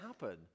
happen